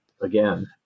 again